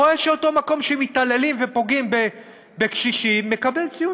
רואה שאותו מקום שמתעללים ופוגעים בקשישים מקבל ציון